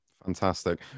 fantastic